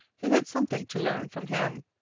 who had something to learn from him.